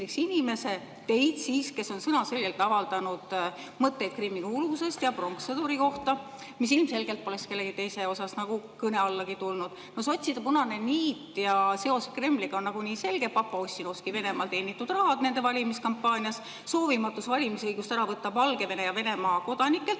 teid siis! –, kes on sõnaselgelt avaldanud mõtteid Krimmi kuuluvuse ja pronkssõduri kohta. Ilmselgelt poleks see kellegi teise puhul kõne allagi tulnud. Sotside punane niit ja seos Kremliga on nagunii selge: papa Ossinovski Venemaal teenitud raha nende valimiskampaanias, soovimatus valimisõigust ära võtta Valgevene ja Venemaa kodanikelt,